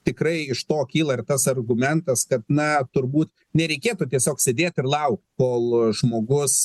tikrai iš to kyla ir tas argumentas kad na turbūt nereikėtų tiesiog sėdėti ir laukt kol žmogus